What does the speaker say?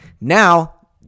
Now